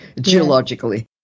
geologically